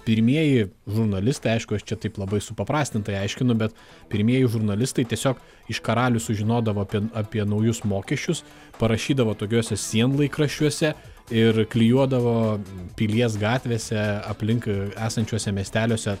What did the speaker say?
pirmieji žurnalistai aišku aš čia taip labai supaprastintai aiškinu bet pirmieji žurnalistai tiesiog iš karalių sužinodavo apie naujus mokesčius parašydavo tokiuose sienlaikraščiuose ir klijuodavo pilies gatvėse aplink esančiuose miesteliuose